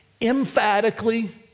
emphatically